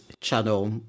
channel